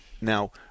Now